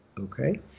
Okay